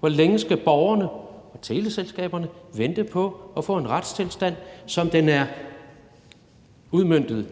Hvor længe skal borgerne og teleselskaberne vente på at få en retstilstand, som den er udmøntet